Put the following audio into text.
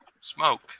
Smoke